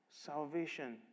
salvation